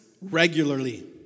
regularly